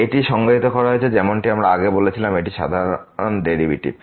এটি সংজ্ঞায়িত করা হয়েছে যেমনটি আমরা আগে বলেছিলাম এটি সাধারণ ডেরিভেটিভ